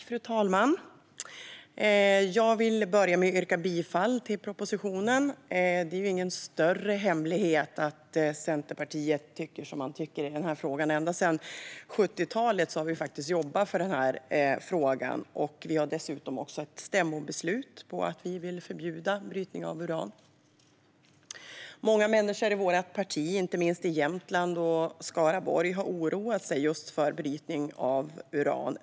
Fru talman! Jag vill börja med att yrka bifall till propositionen. Det är ju ingen större hemlighet att vi i Centerpartiet tycker som vi tycker i denna fråga. Ända sedan 70-talet har vi jobbat för detta, och vi har dessutom ett stämmobeslut på att vi vill förbjuda brytning av uran. Många människor i vårt parti, inte minst i Jämtland och Skaraborg, har oroat sig för brytning av uran.